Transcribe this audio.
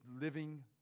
living